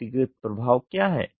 व्यक्तिगत प्रभाव क्या है